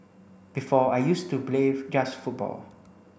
before I used to play just football